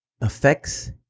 affects